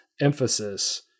emphasis